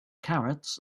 carrots